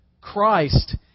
Christ